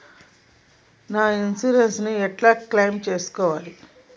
నా ఇన్సూరెన్స్ ని ఎట్ల క్లెయిమ్ చేస్కోవాలి?